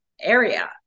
area